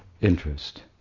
interest